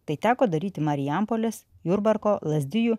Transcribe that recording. tai teko daryti marijampolės jurbarko lazdijų